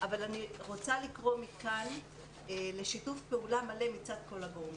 אבל אני רוצה לקרוא מכאן לשיתוף פעולה מלא מצד כל הגורמים.